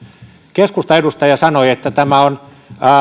keskustan edustaja sanoi että tämä on